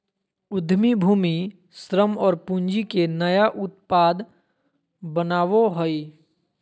उद्यमी भूमि, श्रम और पूँजी के नया उत्पाद बनावो हइ